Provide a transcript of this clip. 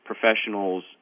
professionals